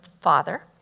Father